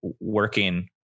working